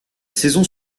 saison